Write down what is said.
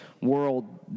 world